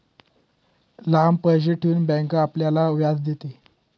लांब पैसे ठेवून बँक आपल्याला व्याज देते